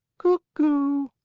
cuck oo!